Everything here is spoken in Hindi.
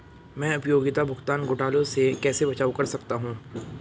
मैं उपयोगिता भुगतान घोटालों से कैसे बचाव कर सकता हूँ?